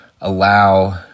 allow